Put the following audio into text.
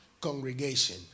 congregation